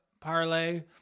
parlay